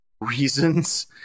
reasons